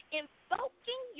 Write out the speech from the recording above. invoking